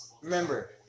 Remember